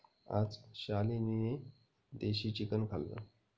आज शालिनीने देशी चिकन खाल्लं